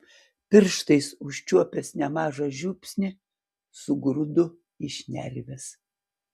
pirštais užčiuopęs nemažą žiupsnį sugrūdu į šnerves